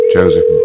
Joseph